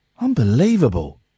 Unbelievable